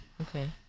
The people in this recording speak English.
Okay